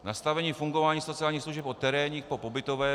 Nastavení fungování sociálních služeb od terénních po pobytové...